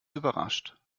überrascht